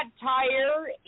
tire